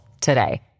today